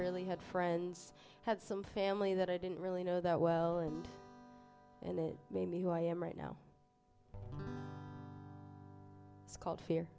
really had friends had some family that i didn't really know that well in and it made me who i am right now it's called fear